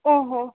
ओ हो